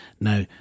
Now